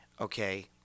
Okay